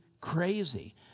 crazy